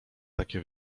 takie